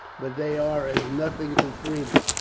but they are as nothing to freedom.